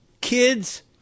kids